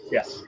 Yes